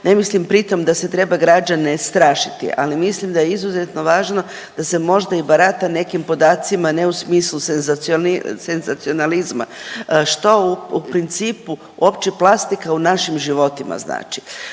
ne mislim pritom da se treba građane strašiti, ali mislim da je izuzetno važno da se možda i barata nekim podacima, ne u smislu senzacionalizma, što u principu uopće plastika u našim životima znači.